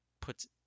puts